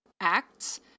acts